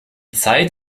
zeit